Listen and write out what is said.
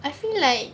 I feel like